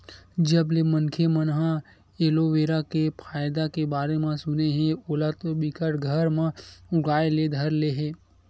जब ले मनखे मन ह एलोवेरा के फायदा के बारे म सुने हे ओला तो बिकट घर म उगाय ले धर ले हे